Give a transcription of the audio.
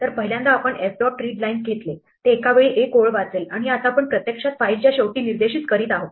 तर पहिल्यांदा आपण f dot readlines घेतले ते एका वेळी एक ओळ वाचेल आणि आता आपण प्रत्यक्षात फाईलच्या शेवटी निर्देशित करीत आहोत